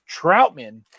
Troutman